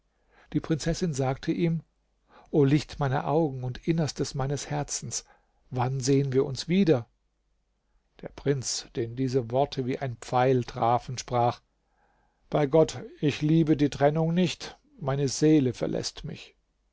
die prinzessin sagte ihm o licht meiner augen und innerstes meines herzens wann sehen wir uns wieder der prinz den diese worte wie ein pfeil trafen sprach bei gott ich liebe die trennung nicht meine seele verläßt mich